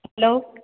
hello